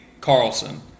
Carlson